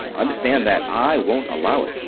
understand that! i won't allow it!